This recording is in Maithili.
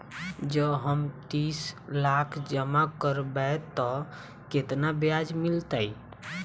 जँ हम तीस लाख जमा करबै तऽ केतना ब्याज मिलतै?